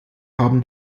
haben